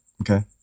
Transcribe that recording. Okay